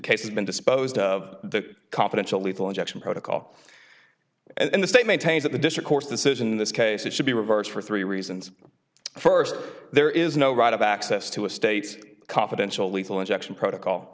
case has been disposed of the confidential lethal injection protocol and the state maintains that the district court's decision in this case it should be reversed for three reasons first there is no right of access to a state's confidential lethal injection protocol